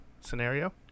scenario